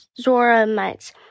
Zoramites